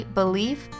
belief